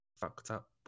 fucked-up